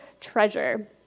treasure